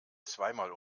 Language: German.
zweimal